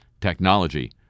technology